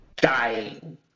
dying